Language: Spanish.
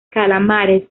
calamares